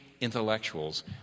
intellectuals